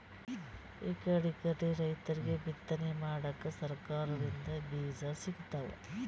ಇಕಡಿಕಡಿ ರೈತರಿಗ್ ಬಿತ್ತನೆ ಮಾಡಕ್ಕ್ ಸರಕಾರ್ ದಿಂದ್ ಬೀಜಾ ಸಿಗ್ತಾವ್